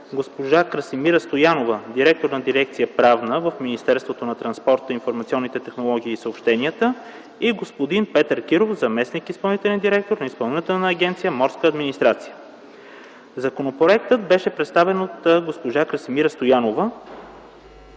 госпожа Красимира Стоянова – директор на Дирекция „Правна” в Министерството на транспорта, информационните технологии и съобщенията, и господин Петър Киров – заместник изпълнителен директор на Изпълнителна агенция „Морска администрация”. Законопроектът беше представен от госпожа Красимира Стоянова